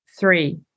Three